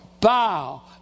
bow